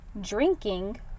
drinking